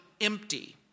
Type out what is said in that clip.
empty